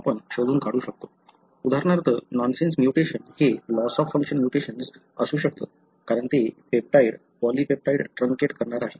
आपण शोधून काढू शकतो उदाहरणार्थ नॉनसेन्स म्युटेशन्स हे लॉस ऑफ फंक्शन म्युटेशन असू शकतं कारण ते पेप्टाइड पॉलीपेप्टाइड ट्रांकेट करणार आहे